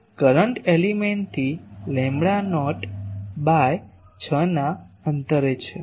તેથી કરંટ એલિમેન્ટથી lambda naught by 6ના અંતરે છે